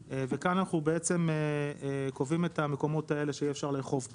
כאן אנחנו בעצם קובעים את המקומות האלה שיהיה אפשר לאכוף בהם: